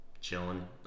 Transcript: chilling